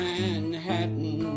Manhattan